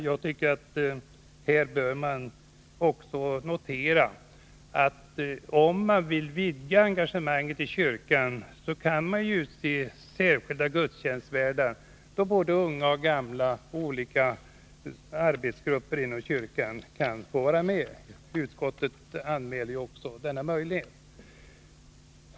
Jag tycker att här bör noteras att om man vill vidga engagemanget i kyrkan, så kan man utse särskilda gudstjänstvärdar, varvid både unga och gamla och olika verksamheter inom kyrkan kan få vara med. Utskottet anmäler ju också denna möjlighet.